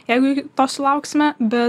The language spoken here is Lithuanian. jeigu to sulauksime bet